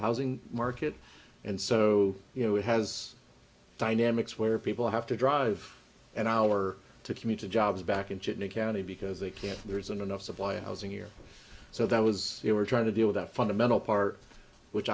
housing market and so you know it has dynamics where people have to drive an hour to commute to jobs back in china county because they can't there isn't enough supply of housing here so that was they were trying to deal with that fundamental part which